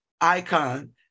icon